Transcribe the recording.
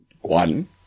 One